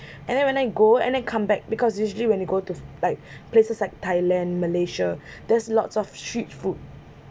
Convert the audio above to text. and then when I go and then comeback because usually when you go to like places like thailand malaysia there is lots of street food